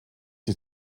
sie